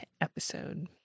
episode